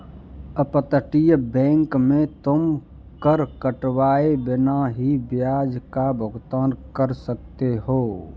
अपतटीय बैंक में तुम कर कटवाए बिना ही ब्याज का भुगतान कर सकते हो